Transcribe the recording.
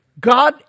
God